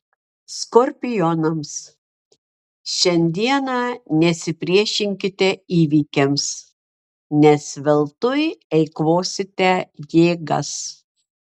skorpionams šiandieną nesipriešinkite įvykiams nes veltui eikvosite jėgas